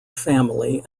family